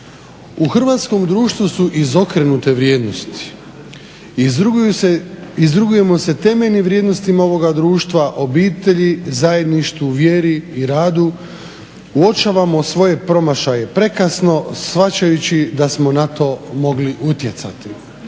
U hrvatskom društvu su izokrenute vrijednosti. Izrugujemo se temeljnim vrijednostima ovoga društva, obitelji, zajedništvu, vjeru i radu, uočavamo svoje promašaje prekasno shvaćajući da smo na to mogli utjecati.